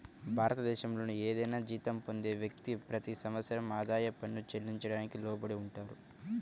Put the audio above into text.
భారతదేశంలోని ఏదైనా జీతం పొందే వ్యక్తి, ప్రతి సంవత్సరం ఆదాయ పన్ను చెల్లించడానికి లోబడి ఉంటారు